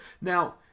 Now